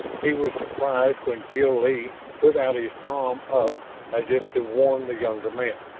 he was surprised when jil-lee put out his palm up as if to warn the younger man.